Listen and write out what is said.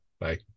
Bye